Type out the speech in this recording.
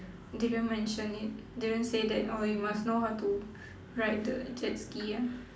didn't mention it didn't say that oh you must know how to ride the jet ski ah